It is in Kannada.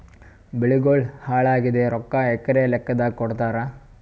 ಬೆಳಿಗೋಳ ಹಾಳಾಗಿದ ರೊಕ್ಕಾ ಎಕರ ಲೆಕ್ಕಾದಾಗ ಕೊಡುತ್ತಾರ?